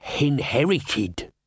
inherited